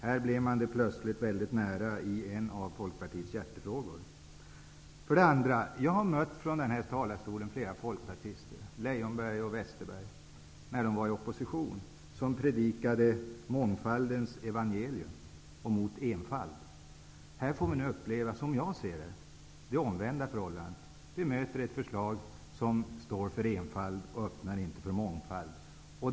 Här blev man det plötsligt i väldigt hög grad i en av För det andra: Jag har hört flera folkpartister -- Leijonborg och Westerberg t.ex. -- predika mångfaldens evangelium och pläderade mot enfald från kammarens talarstol när de var i opposition. Här får vi nu som jag ser det uppleva det omvända förhållandet: Vi möter ett förslag som står för enfald och inte öppnar för mångfald.